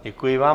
Děkuji vám.